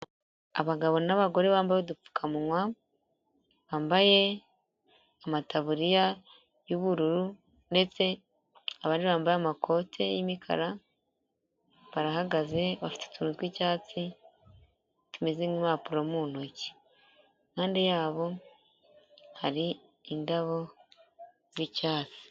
Abagabo n'abagore bambaye udupfukamuwa, bambaye amataburiya y'ubururu, ndetse abandi bambaye amakoti y'imikara, barahagaze bafite utuntu tw'icyatsi, tumeze nk'impapuro mu ntoki, impande yabo hari indabo z'icyatsi.